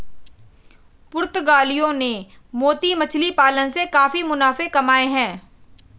पुर्तगालियों ने मोती मछली पालन से काफी मुनाफे कमाए